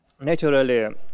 naturally